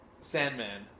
Sandman